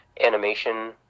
animation